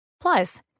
Plus